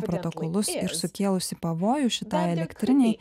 protokolus ir sukėlusi pavojų šitai elektrinei